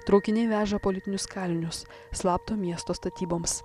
traukiniai veža politinius kalinius slapto miesto statyboms